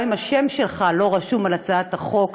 גם אם השם שלך לא רשום על הצעת החוק,